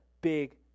big